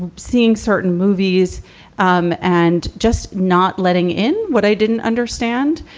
and seeing certain movies um and just not letting in. what i didn't understand.